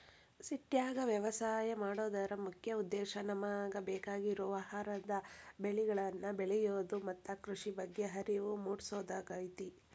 ಸಿಟ್ಯಾಗ ವ್ಯವಸಾಯ ಮಾಡೋದರ ಮುಖ್ಯ ಉದ್ದೇಶ ನಮಗ ಬೇಕಾಗಿರುವ ಆಹಾರದ ಬೆಳಿಗಳನ್ನ ಬೆಳಿಯೋದು ಮತ್ತ ಕೃಷಿ ಬಗ್ಗೆ ಅರಿವು ಮೂಡ್ಸೋದಾಗೇತಿ